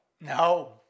No